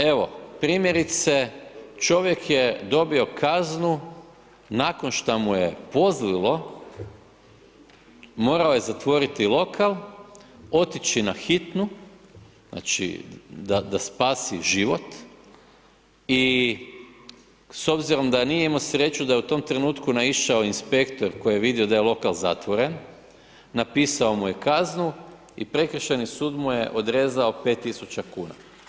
Evo, primjerice, čovjek je dobio kaznu nakon šta mu je pozlilo, morao je zatvoriti lokal, otići na hitnu, znači da spasi život, i s obzirom da nije imao sreću da je u tom trenutku naišao inspektor koji je vidio da je lokal zatvoren, napisao mu je kaznu i Prekršajni sud mu je odrezao 5.000,00 kuna.